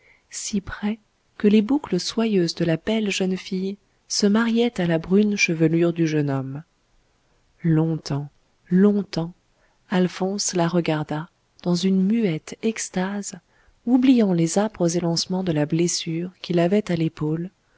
si près que les boucles soyeuses de la belle jeune fille se mariaient à la brune chevelure du jeune homme longtemps longtemps alphonse la regarda dans une muette extase oubliant les âpres élancements de la blessure qu'il avait à l'épaule